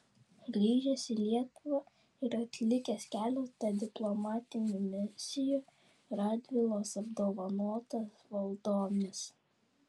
grįžęs į lietuvą ir atlikęs keletą diplomatinių misijų radvilos apdovanotas valdomis